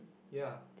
ya